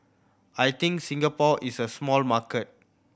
I think Singapore is a small market